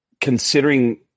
considering